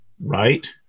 right